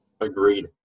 Agreed